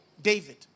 David